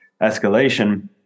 escalation